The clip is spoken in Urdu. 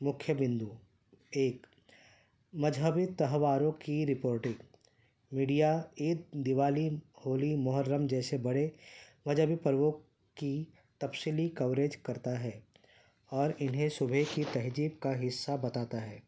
مکھی بندو ایک مجہبی تہواروں کی رپورٹنگ میڈیا عید دیوالی ہولی محرم جیسے بڑے مذہبی پربوں کی تفسییلی کوریج کرتا ہے اور انہیں صبح کی تہجیب کا حصہ بتاتا ہے